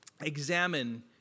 examine